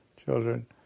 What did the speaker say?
children